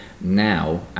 now